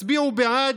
הצביעו בעד,